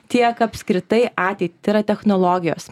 tiek apskritai ateitį tai yra technologijos